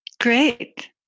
Great